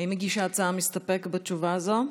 האם מגיש ההצעה מסתפק בתשובה זו?